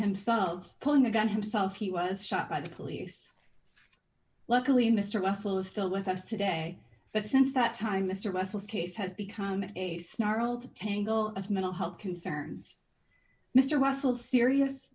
of pulling a gun himself he was shot by the police luckily mr russell is still with us today but since that time mr russell's case has become a snarl to tangle of mental health concerns mr russell serious